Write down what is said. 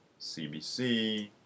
CBC